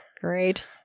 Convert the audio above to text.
Great